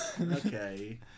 Okay